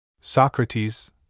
Socrates